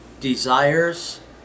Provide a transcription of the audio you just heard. desires